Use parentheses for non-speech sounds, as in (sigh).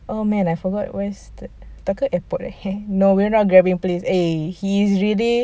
oh man I forgot where's that tak kan airport eh (laughs) no we're not grabbing please eh he's already